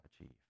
achieve